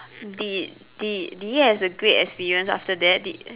did did did he has a great experience after that did